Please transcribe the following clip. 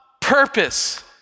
purpose